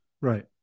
right